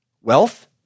Wealth